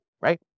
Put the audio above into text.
right